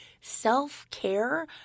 self-care